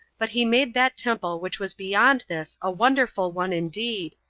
but he made that temple which was beyond this a wonderful one indeed,